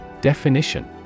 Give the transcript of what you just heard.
Definition